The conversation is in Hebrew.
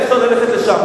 היה אפשר ללכת לשם.